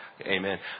Amen